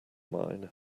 mine